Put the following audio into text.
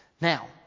now